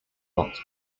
blocks